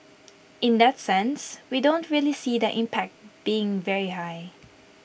in that sense we don't really see the impact being very high